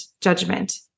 judgment